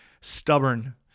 stubborn